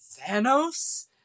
Thanos